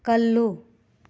ꯀꯜꯂꯨ